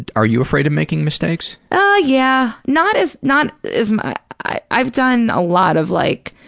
and are you afraid of making mistakes? ah, yeah. not as, not as, i've done a lot of like,